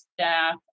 staff